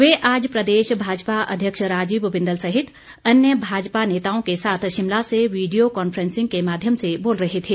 वे आज प्रदेश भाजपा अध्यक्ष राजीव बिंदल सहित अन्य भाजपा नेताओं के साथ शिमला से विडियो कॉन्फ्रेंसिंग के माध्यम से बोल रहे थे